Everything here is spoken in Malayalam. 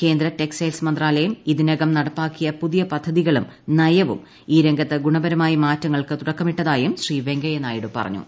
കേന്ദ്ര ടെക്സ്റ്റൈൽ മന്ത്രാലയം ഇതിനകം നടപ്പാക്കിയ പുതിയ പദ്ധതികളും നയവും ഈ രംഗത്ത് ഗുണപ്പരമായി മാറ്റങ്ങൾക്ക് തുടക്കമിട്ടതായും ശ്രീ വെങ്കയ്യ നായിഡു പറഞ്ഞു